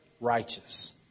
righteous